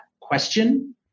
question